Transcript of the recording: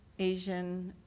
asian,